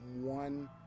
one